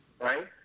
right